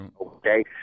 okay